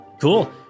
cool